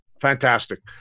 Fantastic